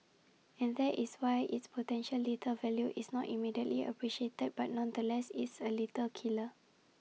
and there is why its potential lethal value is not immediately appreciated but nonetheless it's A lethal killer